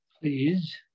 please